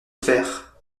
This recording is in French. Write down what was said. faire